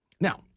Now